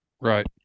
Right